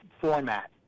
format